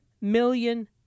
million